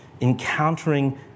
Encountering